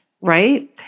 right